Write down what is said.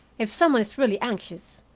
if some one is really anxious,